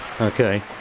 okay